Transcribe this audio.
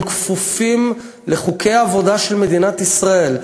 כפופים לחוקי העבודה של מדינת ישראל,